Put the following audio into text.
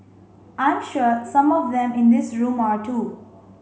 I'm sure some of them in this room are too